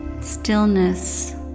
stillness